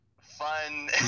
fun